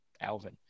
Alvin